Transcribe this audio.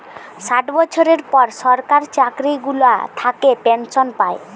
ষাট বছরের পর সরকার চাকরি গুলা থাকে পেনসন পায়